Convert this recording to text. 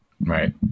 Right